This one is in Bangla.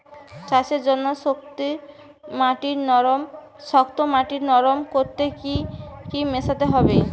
চাষের জন্য শক্ত মাটি নরম করতে কি কি মেশাতে হবে?